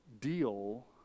deal